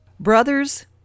Brothers